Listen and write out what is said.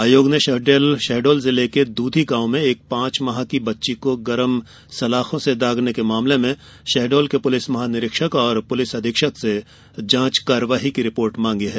आयोग ने शहडोल जिले के दूधी गांव में एक पांच माह की बच्ची को गरम सलाखों से दागने के मामले में शहडोल के पुलिस महा निरीक्षक और पुलिस अधीक्षक से जांच कार्यवाही की रिपोर्ट मांगा है